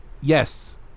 yes